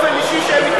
באופן אישי שהם מתחמקים,